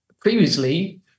previously